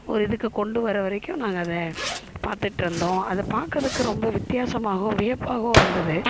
ஒரு இதுக்கு கொண்டு வர வரைக்கும் நாங்கள் அதை பார்த்துட்டு இருந்தோம் அதை பார்க்குறதுக்கு ரொம்ப வித்தியாசமாகவும் வியப்பாகவும் இருந்தது